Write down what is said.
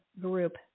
group